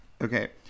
okay